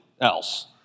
else